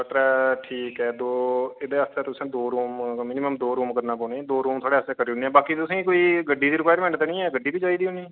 अच्छा त्रै ठीक ऐ दो एहदे आस्ते तुसें दो रूम मिनीमम दो रूम करना पौने दो रूम थुआढ़े आस्ते करी ओड़ने आं बाकी तुसें गी कोई गड्डी दी रिक्वायरमेंट ते नी ऐ गड्डी बी चाहिदी होनी